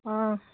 অঁ